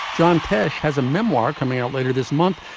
john tesh has a memoir coming out later this month.